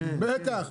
בטח.